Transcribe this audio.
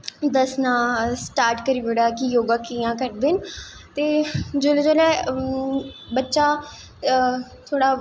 दस्सना स्टार्ट करी ओड़ेआ कि योगा कियां करदे न ते जिसलै जिसलै बच्चा